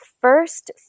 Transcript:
first